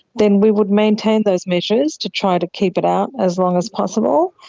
then we would maintain those measures to try to keep it out as long as possible.